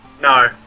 No